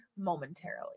momentarily